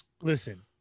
Listen